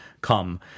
come